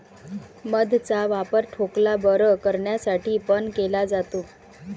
मध चा वापर खोकला बरं करण्यासाठी पण केला जातो